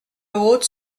haute